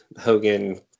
Hogan